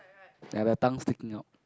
ya their tongue sticking out